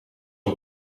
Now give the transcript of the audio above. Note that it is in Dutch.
een